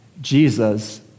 Jesus